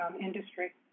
industry